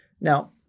Now